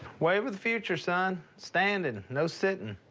wave of the future, son. standing, no sitting.